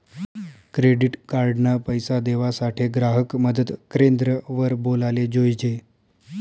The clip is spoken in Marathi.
क्रेडीट कार्ड ना पैसा देवासाठे ग्राहक मदत क्रेंद्र वर बोलाले जोयजे